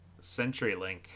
CenturyLink